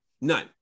None